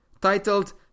Titled